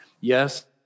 Yes